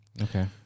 okay